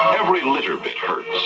every litter bit hurts